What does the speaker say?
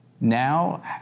Now